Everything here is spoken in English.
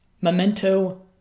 Memento